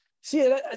See